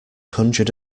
conjured